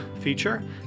feature